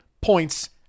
points